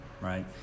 right